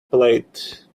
plate